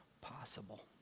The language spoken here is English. possible